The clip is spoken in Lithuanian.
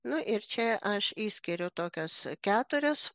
nu ir čia aš išskiriu tokias keturias